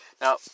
Now